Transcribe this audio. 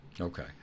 okay